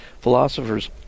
philosophers